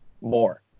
more